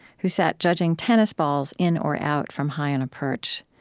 who sat judging tennis balls in or out from high on a perch.